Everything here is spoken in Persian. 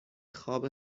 خواب